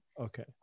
okay